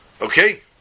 okay